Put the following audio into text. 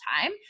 time